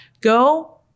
Go